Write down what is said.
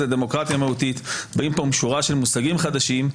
"דמוקרטיה מהותית" באים פה עם שורה של מושגים חדשים,